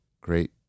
great